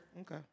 Okay